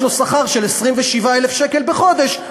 יש לו שכר של 27,000 שקל בחודש,